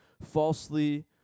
falsely